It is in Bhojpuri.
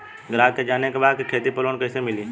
ग्राहक के जाने के बा की खेती पे लोन कैसे मीली?